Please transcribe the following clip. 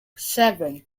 seven